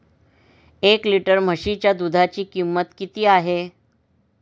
एक लिटर म्हशीच्या दुधाची किंमत किती आहे?